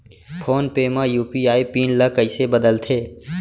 Phone पे म UPI PIN ल कइसे बदलथे?